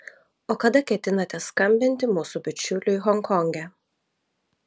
o kada ketinate skambinti mūsų bičiuliui honkonge